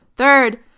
Third